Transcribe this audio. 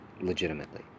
Legitimately